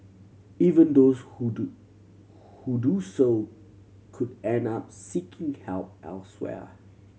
even those who do who do so could end up seeking help elsewhere